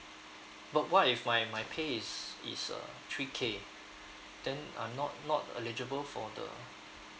but what if my my pay is is uh three K then I'm not not eligible for the